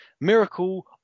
miracle